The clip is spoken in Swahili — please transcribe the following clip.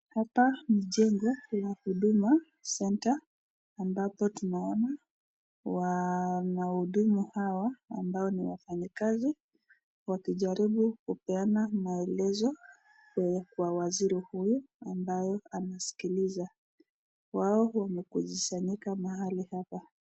Hapa ni jengo ya huduma center ambako tunaona wahudumu hawa ambao ni wafanya kazi wakijaribu kupena maelezo kwa waziri huyu ambaye anasikiliza . Wao wamekusanyika mahali hapa.